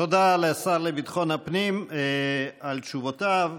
תודה לשר לביטחון הפנים על תשובותיו.